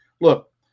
look